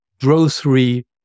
grocery